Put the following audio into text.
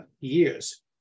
years